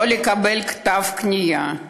לא לקבל כתב כניעה,